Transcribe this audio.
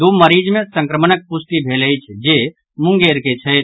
दू मरीज मे संक्रमणक पुष्टि भेल अछि जे मुंगेर के छथि